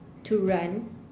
to run